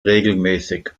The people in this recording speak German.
regelmäßig